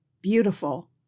beautiful